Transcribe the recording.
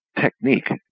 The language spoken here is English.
technique